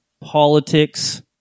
politics